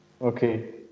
Okay